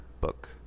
book